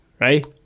right